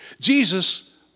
Jesus